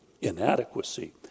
inadequacy